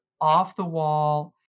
off-the-wall